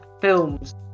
films